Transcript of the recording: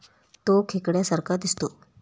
तो खेकड्या सारखा दिसतो